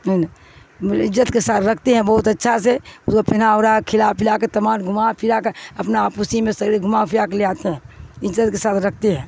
عجت کے ساتھ رکھتے ہیں بہت اچھا سے اس کو پنا وھا کھلا پلا کے تمام گھما پلاا کے اپنا آپوسی میں س گھما پھرا کے لے آتے ہیں عزت کے ساتھ رکھتے ہیں